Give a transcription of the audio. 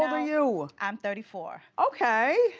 are you? i'm thirty four. okay.